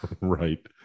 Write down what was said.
right